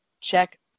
check